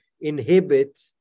inhibit